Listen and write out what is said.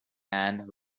and